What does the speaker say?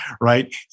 right